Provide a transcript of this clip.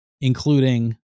including